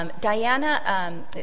Diana